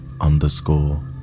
underscore